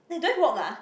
they don't have work ah